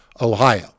Ohio